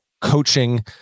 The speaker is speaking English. coaching